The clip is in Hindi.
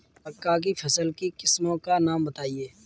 मक्का की फसल की किस्मों का नाम बताइये